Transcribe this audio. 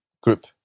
group